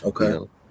Okay